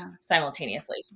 simultaneously